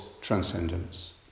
transcendence